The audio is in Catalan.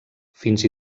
fins